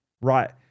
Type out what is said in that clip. right